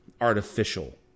artificial